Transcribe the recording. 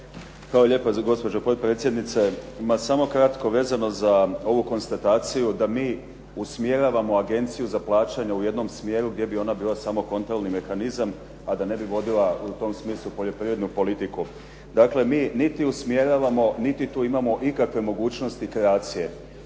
Hvala lijepa gospođo potpredsjednice. Ma samo kratko, vezano za ovu konstataciju da mi usmjeravamo agenciju za plaćanje u jednom smjeru, gdje bi ona bila samo …/Govornik se ne razumije./… mehanizam a da ne bi vodila u tom smislu poljoprivrednu politiku. Dakle mi, niti usmjeravamo niti tu imamo ikakve mogućnosti kreacije.